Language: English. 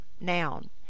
noun